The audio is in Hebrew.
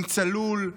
עם צלול,